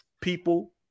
people